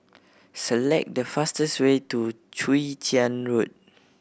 select the fastest way to Chwee Chian Road